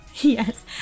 Yes